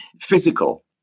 Physical